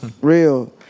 real